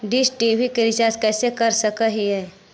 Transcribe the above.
Dish TV के recharge कैसे कर सक हिय?